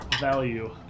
Value